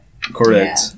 Correct